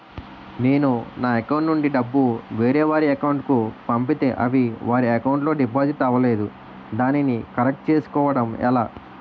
నేను నా అకౌంట్ నుండి డబ్బు వేరే వారి అకౌంట్ కు పంపితే అవి వారి అకౌంట్ లొ డిపాజిట్ అవలేదు దానిని కరెక్ట్ చేసుకోవడం ఎలా?